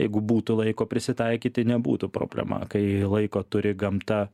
jeigu būtų laiko prisitaikyti nebūtų problema kai laiko turi gamta